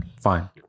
Fine